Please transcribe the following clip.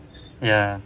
ya